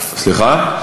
סליחה?